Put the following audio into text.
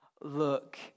look